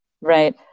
right